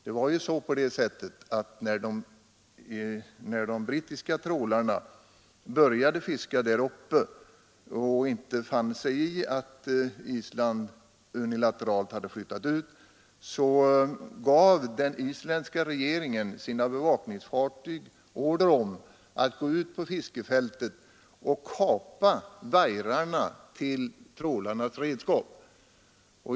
Det förhöll sig på det sättet att den isländska regeringen — när de brittiska trålarna började fiska innanför den gräns som Island ansåg vara riktig och inte fann sig i att Island unilateralt hade flyttat ut gränsen — gav sina bevakningsfartyg order om att gå ut på fiskefältet och kapa vajrarna till trålarnas redskap.